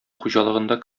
хуҗалыгында